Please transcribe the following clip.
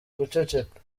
uguceceka